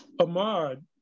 Ahmad